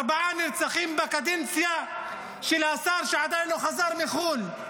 ארבעה נרצחים בקדנציה של השר שעדיין לא חזר מחו"ל.